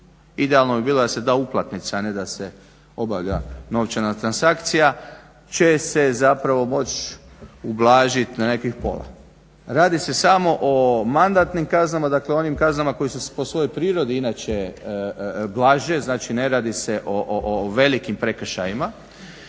Idealno bi bilo da se da uplatnica, a ne da se obavlja novčana transakcija, će se zapravo moći ublažit na nekih pola. Radi se samo o mandatnim kaznama, dakle o onim kaznama koje su po svojoj prirodi inače blaže, znači ne radi se o velikim prekršajima.